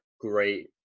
great